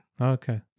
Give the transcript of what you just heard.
Okay